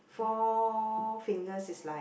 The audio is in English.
Four Fingers is like